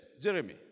Jeremy